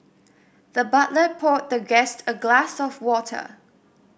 the butler poured the guest a glass of water